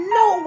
no